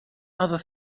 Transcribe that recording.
other